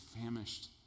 famished